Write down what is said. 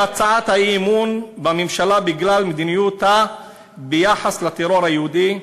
בהצעת האי-אמון בממשלה בגלל מדיניותה ביחס לטרור היהודי,